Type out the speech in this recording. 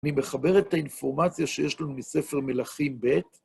היא מחברת את האינפורמציה שיש לנו מספר מלכים ב'